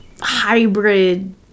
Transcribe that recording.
hybrid